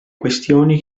questioni